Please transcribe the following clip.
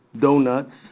donuts